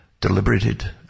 deliberated